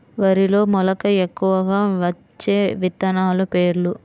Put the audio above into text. వరిలో మెలక ఎక్కువగా వచ్చే విత్తనాలు పేర్లు?